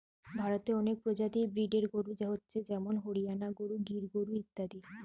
ভারতে অনেক প্রজাতির ব্রিডের গরু হচ্ছে যেমন হরিয়ানা গরু, গির গরু ইত্যাদি